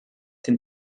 den